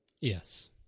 Yes